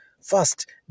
First